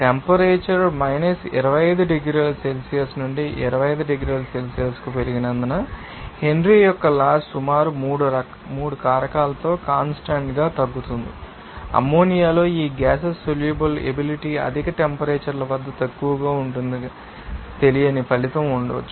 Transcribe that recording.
temperature minus 25 డిగ్రీల Celsius నుండి 25 డిగ్రీల సెల్సియస్కు పెరిగినందున హెన్రీ యొక్క లాస్ సుమారు 3 కారకాలతో కాన్స్టాంట్గా తగ్గుతుంది అమ్మోనియాలో ఈ గ్యాసెస్ సోల్యూబల్ ఎబిలిటీ అధిక టెంపరేచర్ ల వద్ద ఎక్కువగా ఉంటుందని తెలియని ఫలితం ఉండవచ్చు